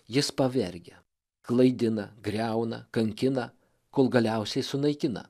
jis pavergia klaidina griauna kankina kol galiausiai sunaikina